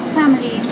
family